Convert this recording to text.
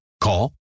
Call